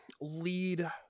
lead